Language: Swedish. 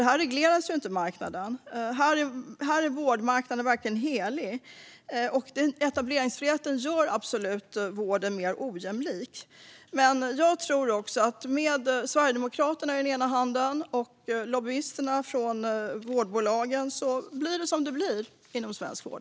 Här regleras inte marknaden, utan här är vårdmarknaden helig. Etableringsfriheten gör vården mer ojämlik. Jag tror att med Sverigedemokraterna i ena handen och lobbyisterna från vårdbolagen i den andra blir det som det blir inom svensk vård.